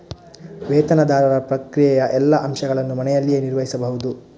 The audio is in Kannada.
ವೇತನದಾರರ ಪ್ರಕ್ರಿಯೆಯ ಎಲ್ಲಾ ಅಂಶಗಳನ್ನು ಮನೆಯಲ್ಲಿಯೇ ನಿರ್ವಹಿಸಬಹುದು